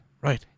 Right